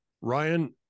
Ryan